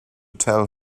tell